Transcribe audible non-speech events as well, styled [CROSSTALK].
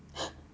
[LAUGHS]